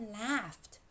laughed